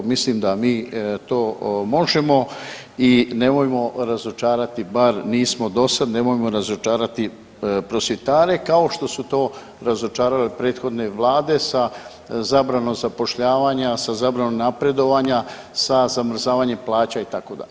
Mislim da mi to možemo i nemojmo razočarati bar nismo do sad, nemojmo razočarati prosvjetare kao što su to razočarale prethodne Vlade sa zabranom zapošljavanja, sa zabranom napredovanja, sa zamrzavanjem plaća itd.